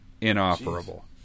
inoperable